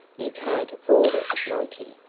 you can't afford it, monty,